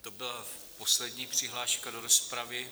To byla poslední přihláška do rozpravy.